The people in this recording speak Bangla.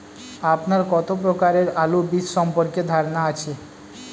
আপনার কত প্রকারের আলু বীজ সম্পর্কে ধারনা আছে?